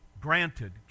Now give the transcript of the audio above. granted